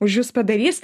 už jus padarys